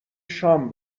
شام